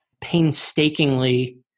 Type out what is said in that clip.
painstakingly